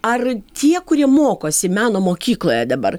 ar tie kurie mokosi meno mokykloje dabar